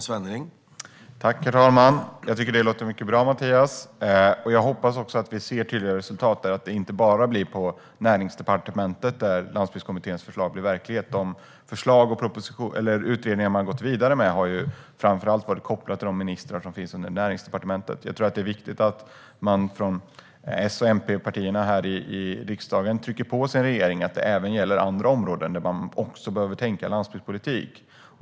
Herr talman! Jag tycker att det låter mycket bra, Mattias! Jag hoppas också att vi ser tydliga resultat, inte bara på Näringsdepartementet, där Landsbygdskommitténs förslag blir verklighet. De utredningar man har gått vidare med har ju framför allt varit kopplade till de ministrar som finns i Näringsdepartementet. Jag tror att det är viktigt att man från S och MP här i riksdagen trycker på sin regering om att detta även gäller andra områden, där man också behöver tänka landsbygdspolitik.